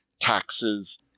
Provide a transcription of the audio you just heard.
taxes